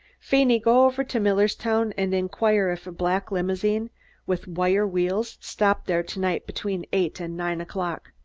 feeney, go over to millerstown and inquire if a black limousine with wire wheels stopped there to-night between eight and nine o'clock.